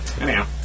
Anyhow